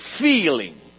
feeling